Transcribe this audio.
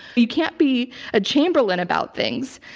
you can't be a chamberlain about things.